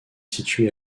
situé